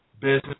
business